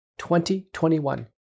2021